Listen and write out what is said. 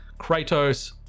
Kratos